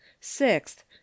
sixth